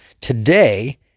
today